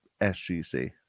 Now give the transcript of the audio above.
SGC